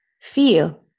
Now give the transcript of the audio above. feel